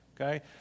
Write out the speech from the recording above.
Okay